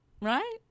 Right